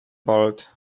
bold